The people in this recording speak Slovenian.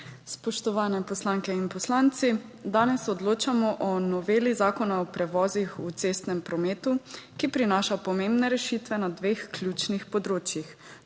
Spoštovani poslanke in poslanci! Danes odločamo o noveli Zakona o prevozih v cestnem prometu, ki prinaša pomembne rešitve na dveh ključnih področjih;